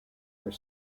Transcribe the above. were